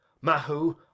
mahu